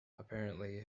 apparently